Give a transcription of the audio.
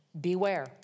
Beware